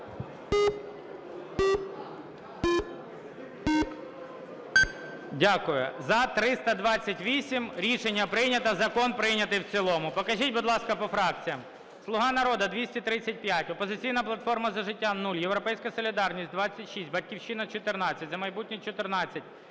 Дякую. Рішення прийнято, закон прийнятий в цілому. Покажіть, будь ласка, по фракціях. "Слуга народу" – 235, "Опозиційна платформа - За життя" – 0, "Європейська солідарність" – 26, "Батьківщина" – 14, "За майбутнє" – 14,